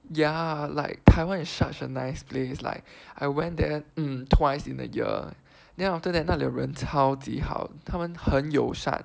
ya like Taiwan is such a nice place like I went there mm twice in the year then after that 那里人超级好他们很友善